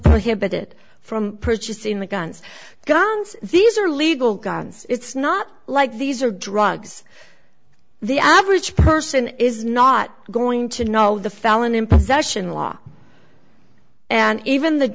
prohibited from purchasing the guns guns these are legal guns it's not like these are drugs the average person is not going to know the felon in possession law and even the